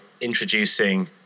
introducing